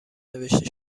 نوشته